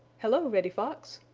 hello, reddy fox!